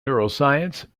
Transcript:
neuroscience